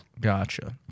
gotcha